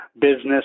business